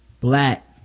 black